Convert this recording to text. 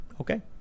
okay